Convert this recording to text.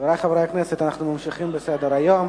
חברי חברי הכנסת, אנחנו ממשיכים בסדר-היום: